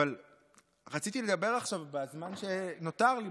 רציתי לדבר בזמן שנותר לי,